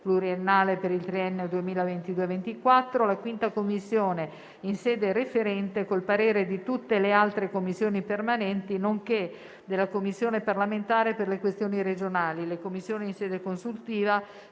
pluriennale per il triennio 2022-2024) alla 5a Commissione in sede referente, con il parere di tutte le altre Commissioni permanenti, nonché della Commissione parlamentare per le questioni regionali. Le Commissioni in sede consultiva